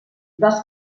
dels